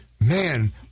man